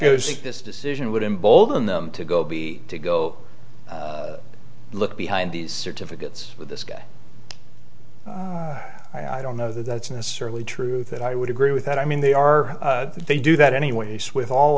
acoustic this decision would embolden them to go be to go look behind these certificates with this guy i don't know that that's necessarily true that i would agree with that i mean they are they do that anyways with all